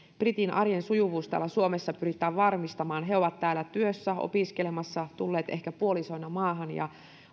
britin arjen sujuvuus täällä suomessa pyritään varmistamaan he ovat täällä työssä opiskelemassa tulleet ehkä puolisoina maahan ja